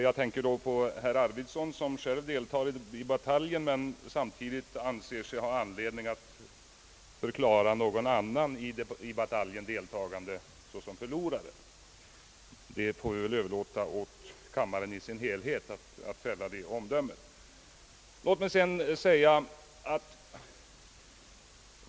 Jag tänker på herr Arvidson, som själv är med i bataljen men samtidigt anser sig ha anledning att förklara någon annan i bataljen deltagande såsom förlorande. Sådana bedömningar får vi väl överlåta åt kammaren i dess helhet.